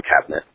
cabinet